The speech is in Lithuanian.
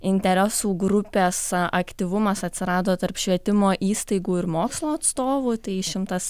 interesų grupės aktyvumas atsirado tarp švietimo įstaigų ir mokslo atstovų tai šimtas